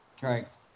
correct